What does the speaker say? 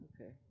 Okay